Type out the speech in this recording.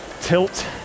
tilt